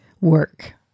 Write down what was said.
work